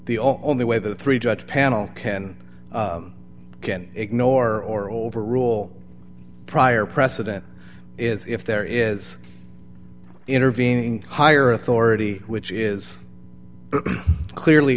the only way the three judge panel can ignore or overrule prior precedent is if there is intervening higher authority which is clearly